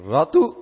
Ratu